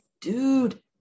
dude